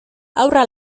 haurra